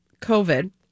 COVID